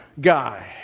guy